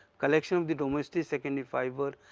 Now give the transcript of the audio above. collection of the domestic secondary fibre,